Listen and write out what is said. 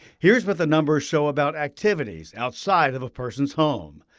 here is what the numbers show about activities outside of a person's home.